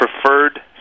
preferred